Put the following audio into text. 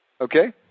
Okay